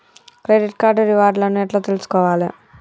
Credit card reward లను ఎట్ల తెలుసుకోవాలే?